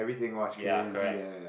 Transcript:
ya correct